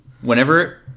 Whenever